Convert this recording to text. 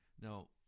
Now